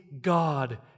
God